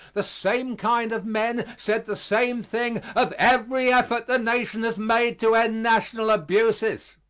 the same kind of men said the same thing of every effort the nation has made to end national abuses.